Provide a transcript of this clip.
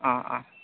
অঁ অঁ